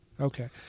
Okay